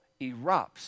erupts